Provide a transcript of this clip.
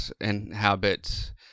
inhabit